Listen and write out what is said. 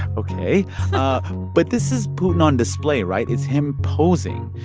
ok but this is putin on display, right? it's him posing.